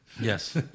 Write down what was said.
Yes